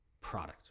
product